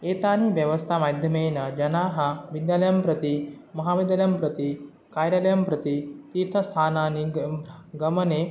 एतानि व्यवस्था माध्यमेन जनाः विद्यालयं प्रति महाविद्यालयं प्रति कार्यालयं प्रति तीर्थस्थानानि गम् गमने